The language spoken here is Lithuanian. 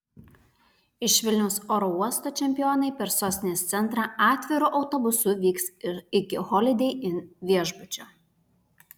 iš vilniaus oro uosto čempionai per sostinės centrą atviru autobusu vyks iki holidei inn viešbučio